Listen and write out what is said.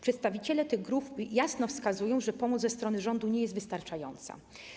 Przedstawiciele tych grup jasno wskazują, że pomoc ze strony rządu nie jest wystarczająca.